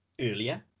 earlier